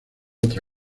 otra